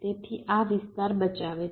તેથી આ વિસ્તાર બચાવે છે